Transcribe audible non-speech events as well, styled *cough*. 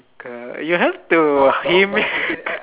twinkle you have to hum it *laughs*